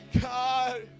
God